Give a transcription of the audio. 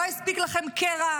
לא הספיק לכם קרע,